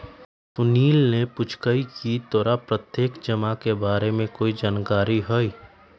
सुनील ने पूछकई की तोरा प्रत्यक्ष जमा के बारे में कोई जानकारी हई